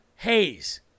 Hayes